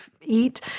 eat